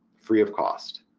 free of cost.